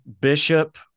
bishop